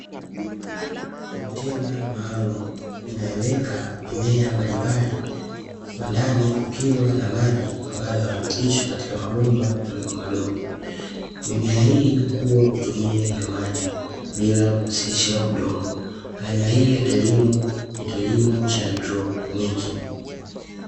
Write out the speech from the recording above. Konteina maalumu inayoweka mimea mbali mbali kwa ndani kukiwa na maji ambayo yamepitishwa katika mabomba madogo madogo, mimea hii hukua kutumia hayo maji bila kuhusisha udongo; aina hiyo ya kilimo ni kilimo cha haidroponiki.